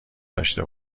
داشته